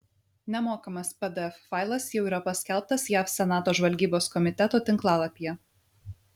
nemokamas pdf failas jau yra paskelbtas jav senato žvalgybos komiteto tinklalapyje